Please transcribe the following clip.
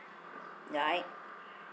right